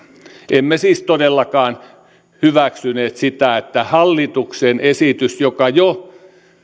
emme siis todellakaan hyväksyneet sitä että kun hallituksen esitys jo